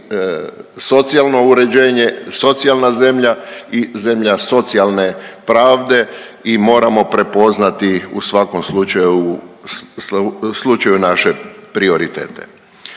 socijalno uređenje i socijalna zemlja i zemlja socijalne pravde i moramo prepoznati u svakom slučaju naše prioritete.